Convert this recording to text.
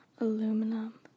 Aluminum